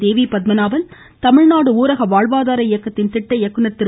தேவி பத்மநாபன் தமிழ்நாடு ஊரக வாழ்வாதார இயக்கத்தின் திட்ட இயக்குனர் திரு